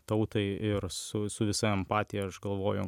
tautai ir su su visa empatija aš galvoju